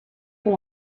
con